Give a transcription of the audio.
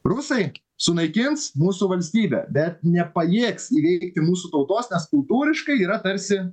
rusai sunaikins mūsų valstybę bet nepajėgs įveikti mūsų tautos nes kultūriškai yra tarsi